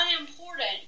unimportant